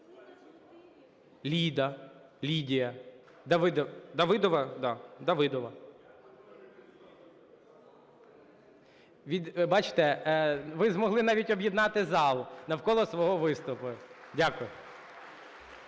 Да, Давидова. Бачите, ви змогли навіть об'єднати зал навколо свого виступу. Дякую.